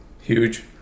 Huge